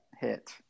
hit